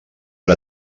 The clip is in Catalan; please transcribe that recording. per